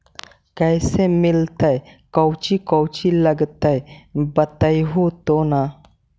कैसे मिलतय कौची कौची लगतय बतैबहू तो न?